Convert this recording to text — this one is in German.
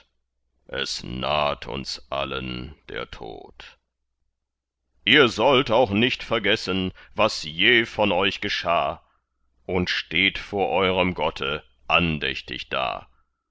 es naht uns allen der tod ihr sollt auch nicht vergessen was je von euch geschah und steht vor eurem gotte andächtig da